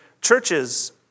churches